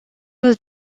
was